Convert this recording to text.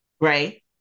right